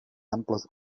amples